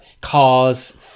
cars